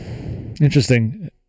interesting